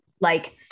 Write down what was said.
Like-